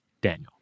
Daniel